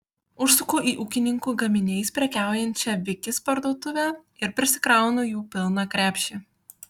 užsuku į ūkininkų gaminiais prekiaujančią vikis parduotuvę ir prisikraunu jų pilną krepšį